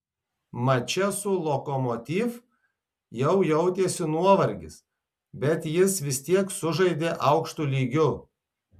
mače su lokomotiv jau jautėsi nuovargis bet jis vis tiek sužaidė aukštu lygiu